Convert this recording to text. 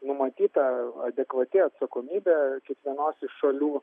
numatyta adekvati atsakomybė kiekvienos iš šalių